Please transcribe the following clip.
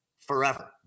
forever